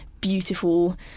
beautiful